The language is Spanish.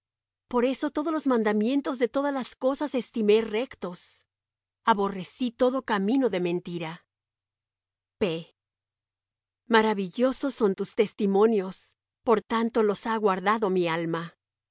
por eso todos los mandamientos de todas las cosas estimé rectos aborrecí todo camino de mentira maravillosos son tus testimonios por tanto los ha guardado mi alma